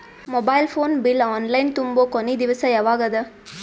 Mobile phone bill online ತುಂಬೊ ಕೊನಿ ದಿವಸ ಯಾವಗದ?